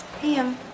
Pam